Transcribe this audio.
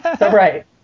Right